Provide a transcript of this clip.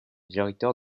directeur